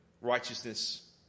Righteousness